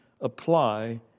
apply